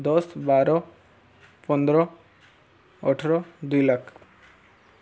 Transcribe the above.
ଦଶ ବାର ପନ୍ଦର ଅଠର ଦୁଇ ଲକ୍ଷ